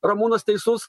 ramūnas teisus